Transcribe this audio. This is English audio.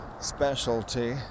specialty